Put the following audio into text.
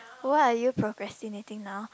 what are you procrastinating now